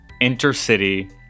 Intercity